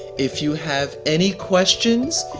if you have any questions,